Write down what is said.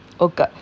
Okay